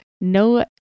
no